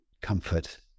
comfort